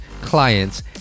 clients